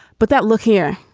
but that look here.